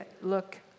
Look